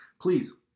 please